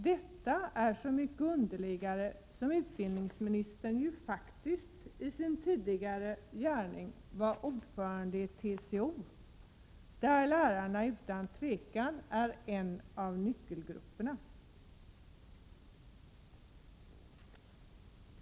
Detta är så mycket underligare som utbildningsministern ju faktiskt i sin tidigare gärning var ordförande i TCO, där lärarna otvivelaktigt är en av nyckelgrupperna.